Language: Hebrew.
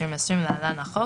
התש"ף-2020 (להלן החוק),